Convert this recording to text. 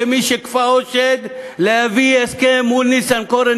כמי שכפאם שד להגיע להסכם מול ניסנקורן,